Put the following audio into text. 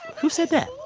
who said that?